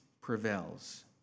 prevails